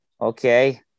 Okay